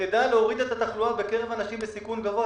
ותדע להוריד את התחלואה בקרב אנשים בסיכון גבוה,